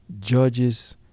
judges